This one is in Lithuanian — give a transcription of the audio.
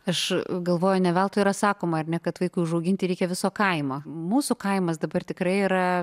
aš galvoju ne veltui yra sakoma ar ne kad vaikui užauginti reikia viso kaimo mūsų kaimas dabar tikrai yra